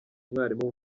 umwarimu